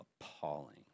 appalling